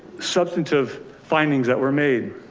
substantive findings that were made.